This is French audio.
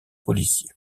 policiers